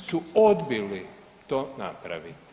su odbili to napraviti.